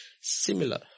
similar